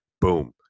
boom